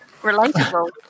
Relatable